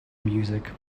music